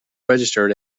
registered